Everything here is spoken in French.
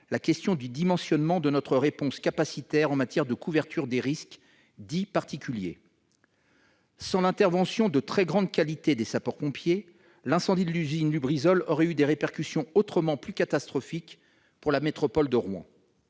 la question du dimensionnement de notre réponse capacitaire en matière de couverture des risques dits particuliers. Sans l'intervention de très grande qualité des sapeurs-pompiers, l'incendie de l'usine Lubrizol aurait eu des répercussions autrement plus catastrophiques pour la métropole de Rouen.